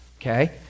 okay